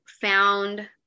found